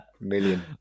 Million